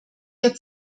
wir